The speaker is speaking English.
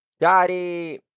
Daddy